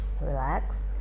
Relax